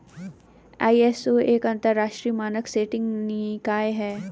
ISO एक अंतरराष्ट्रीय मानक सेटिंग निकाय है